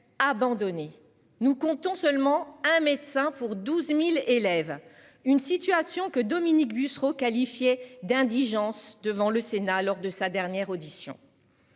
Abandonné. Nous comptons seulement un médecin pour 12.000 élèves. Une situation que Dominique Bussereau qualifié d'indigence devant le Sénat, lors de sa dernière audition.